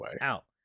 out